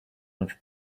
with